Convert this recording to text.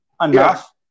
enough